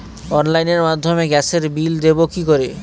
অনলাইনের মাধ্যমে গ্যাসের বিল দেবো কি করে?